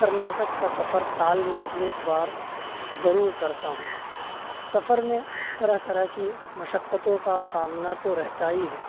کرناٹک کا سفر سال میں ایک بار ضرور کرتا ہوں سفر میں طرح طرح کی مشقتوں کا سامنا تو رہتا ہی ہے